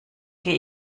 gehe